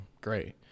great